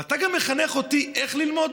אבל אתה מחנך אותי גם איך ללמוד?